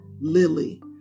Lily